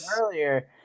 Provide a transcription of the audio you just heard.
earlier